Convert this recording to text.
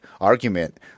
argument